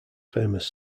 famous